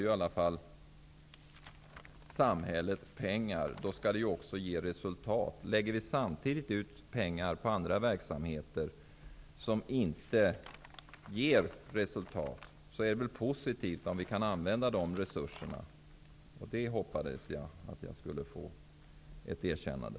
Varje barn kostar samhället pengar, och då skall dessa pengar också ge resultat. Med tanke på att pengar läggs ut på annan verksamhet som inte ger resultat, skulle det väl vara positivt om vi kunde använda dessa resurser. Jag hade hoppats på ett erkännande.